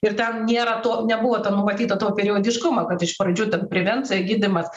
ir ten nėra to nebuvo numatyta to periodiškumo kad iš pradžių prevencija gydymas